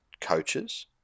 coaches